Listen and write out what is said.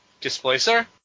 displacer